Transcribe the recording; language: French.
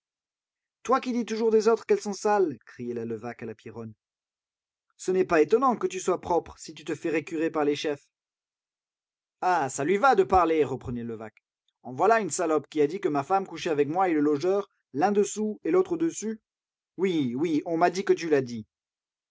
toi qui dis toujours des autres qu'elles sont sales criait la levaque à la pierronne ce n'est pas étonnant que tu sois propre si tu te fais récurer par les chefs ah ça lui va de parler reprenait levaque en voilà une salope qui a dit que ma femme couchait avec moi et le logeur l'un dessous et l'autre dessus oui oui on m'a dit que tu l'as dit